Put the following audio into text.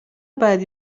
بعدی